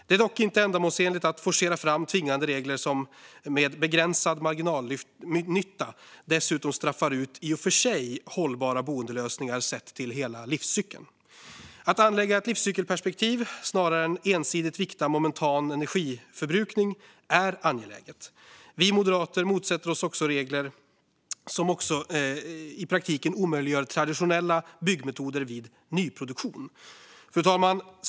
Det är dock inte ändamålsenligt att forcera fram tvingande regler med begränsad marginalnytta som dessutom straffar ut i och för sig hållbara boendelösningar, sett till hela livscykeln. Att anlägga ett livscykelperspektiv, snarare än ensidigt vikta momentan energiförbrukning, är angeläget. Vi moderater motsätter oss också regler som i praktiken omöjliggör traditionella byggmetoder vid nyproduktion. Fru talman!